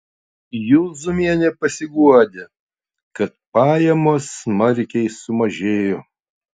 juzumienė pasiguodė kad pajamos smarkiai sumažėjo